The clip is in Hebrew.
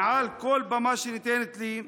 מעל כל במה שניתנת לי,